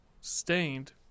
stained